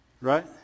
Right